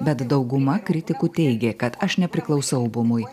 bet dauguma kritikų teigė kad aš nepriklausau bumui